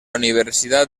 universidad